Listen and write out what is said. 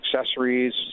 accessories